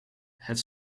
het